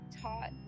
taught